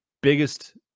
Biggest